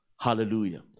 Hallelujah